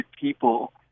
people